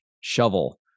shovel